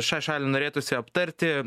šią šalį norėtųsi aptarti